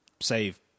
save